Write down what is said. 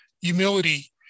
humility